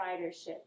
ridership